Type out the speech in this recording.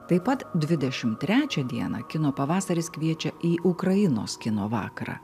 taip pat dvidešimt trečią dieną kino pavasaris kviečia į ukrainos kino vakarą